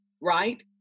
right